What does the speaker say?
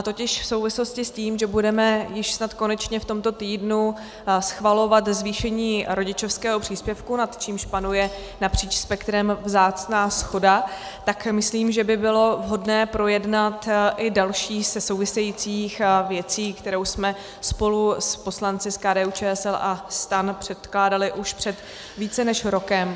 Totiž v souvislosti s tím, že budeme již snad konečně v tomto týdnu schvalovat zvýšení rodičovského příspěvku, nad čímž panuje napříč spektrem vzácná shoda, tak myslím, že by bylo vhodné projednat i další ze souvisejících věcí, kterou jsme spolu s poslanci z KDUČSL a STAN předkládali už před více než rokem.